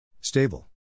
Stable